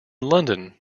london